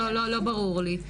לא ברור לי.